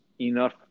enough